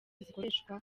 zikoreshwa